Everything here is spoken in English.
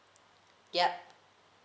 yup